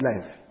life